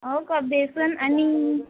हो का बेसन आणि